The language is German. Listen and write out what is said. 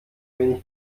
wenig